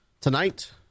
tonight